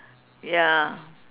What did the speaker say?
ya